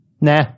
Nah